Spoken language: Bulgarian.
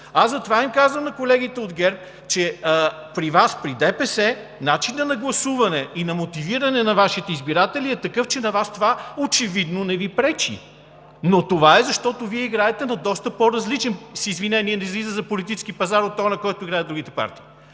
Затова казвам на колегите от ГЕРБ, че при Вас, при ДПС начинът на гласуване и на мотивиране на Вашите избиратели е такъв, че на Вас това очевидно не Ви пречи. Това обаче е, защото Вие играете на доста по различен, с извинение за израза, политически пазар от онзи, по който играят другите партии.